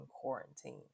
Quarantine